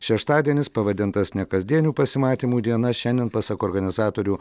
šeštadienis pavadintas nekasdienių pasimatymų diena šiandien pasak organizatorių